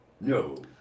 No